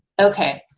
okay,